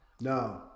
No